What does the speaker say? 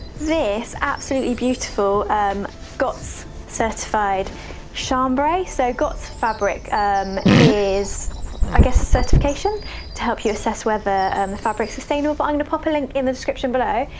this absolutely beautiful um gots certified chambray. so gots fabric um is i guess a certification to help you assess whether and the fabric's sustainable, but i'm gonna pop a link in the description below.